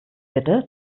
bitte